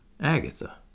Agatha